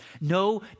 no